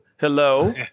Hello